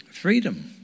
freedom